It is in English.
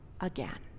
again